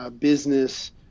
business